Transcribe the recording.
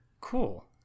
Cool